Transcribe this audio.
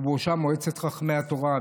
ובראשם מועצת חכמי התורה,